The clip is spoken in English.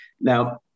Now